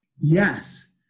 Yes